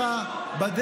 איזו משילות,